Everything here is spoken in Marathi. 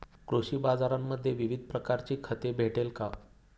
कृषी बाजारांमध्ये विविध प्रकारची खते भेटेल का?